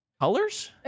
Colors